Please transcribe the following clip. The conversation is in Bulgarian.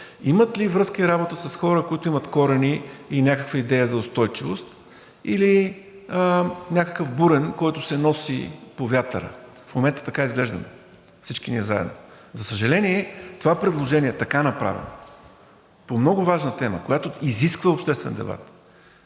Имат ли връзка и работа с хора, които имат корени и някаква идея за устойчивост, или е някакъв бурен, който се носи по вятъра? В момента така изглеждаме всички ние заедно. За съжаление, това предложение, така направено по много важна тема, която изисква обществен дебат,